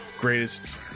greatest